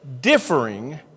differing